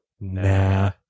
nah